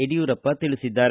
ಯಡಿಯೂರಪ್ಪ ತಿಳಿಸಿದ್ದಾರೆ